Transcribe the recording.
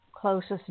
closest